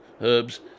herbs